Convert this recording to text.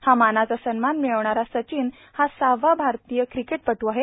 हा मानाचा सन्मान मिळवणारा सचिन हा सहावा भारतीय क्रिकेटपटू आहे